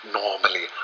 normally